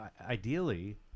ideally